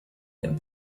den